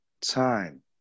time